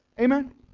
Amen